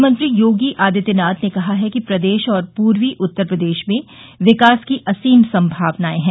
मुख्यमंत्री योगी आदित्यनाथ ने कहा है कि प्रदेश और पूर्वी उत्तर प्रदेश में विकास की असीम संभावनाएं है